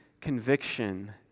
conviction